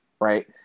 right